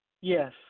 Yes